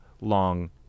long